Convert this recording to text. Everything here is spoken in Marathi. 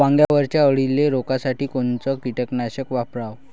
वांग्यावरच्या अळीले रोकासाठी कोनतं कीटकनाशक वापराव?